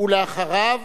ואחריו,